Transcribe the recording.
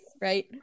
right